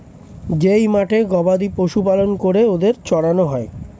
যেই মাঠে গবাদি পশু পালন করে ওদের চড়ানো হয়